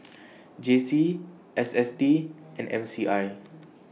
J C S S T and M C I